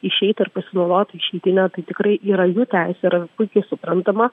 išeiti ar pasinaudotų išeitine tai tikrai yra jų teisė ir puikiai suprantama